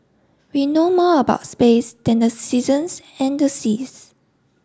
we know more about space than the seasons and the seas